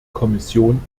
kommission